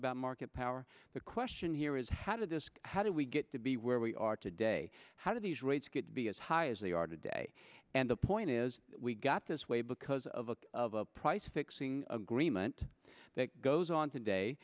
about market power the question here is how did this how do we get to be where we are today how did these rates get to be as high as they are today and the point is we got this way because of a of a price fixing agreement that goes on today